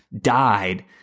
died